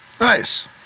Nice